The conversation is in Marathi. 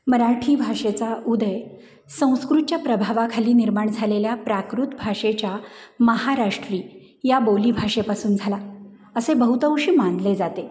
मराठी भाषेचा उदय संस्कृतच्या प्रभावाखाली निर्माण झालेल्या प्राकृत भाषेच्या महाराष्ट्री या बोलीभाषेपासून झाला असे बहुतांशी मानले जाते